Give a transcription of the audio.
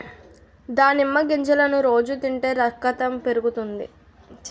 దానిమ్మ గింజలను రోజు తింటే రకతం పెరుగుతాది